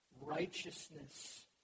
righteousness